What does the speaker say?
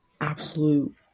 Absolute